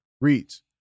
reads